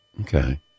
Okay